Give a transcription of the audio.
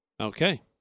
Okay